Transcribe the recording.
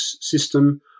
system